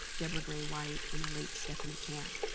deborah gray white and the late stephanie camp.